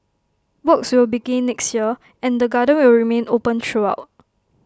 works will begin next year and the garden will remain open throughout